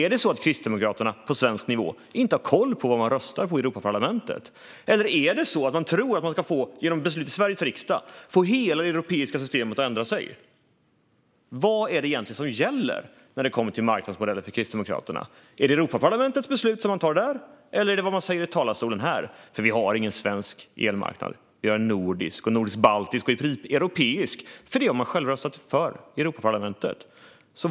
Är det så att Kristdemokraterna på svensk nivå inte har koll på vad man röstar på i Europaparlamentet? Eller är det så att man tror att man genom beslut i Sveriges riksdag ska få hela det europeiska systemet att ändra sig? Vad är det egentligen som gäller när det kommer till marknadsmodeller för Kristdemokraterna? Är det beslut som man fattar i Europaparlamentet, eller är det vad man säger i talarstolen här? För vi har ingen svensk elmarknad. Vi har en nordisk, en nordisk-baltisk eller en europeisk elmarknad, för det har Kristdemokraterna själva röstat för i Europaparlamentet.